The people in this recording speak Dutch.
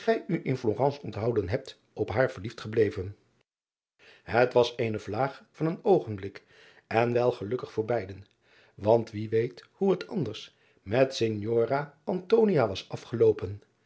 in lorence onthouden hebt op haar verliefd gebleven et was eene vlaag van een oogenblik en wel gelukkig voor beiden want wie weet hoe het anders met ignora was afgeloopen